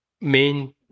main